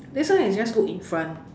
then sometimes I just look in front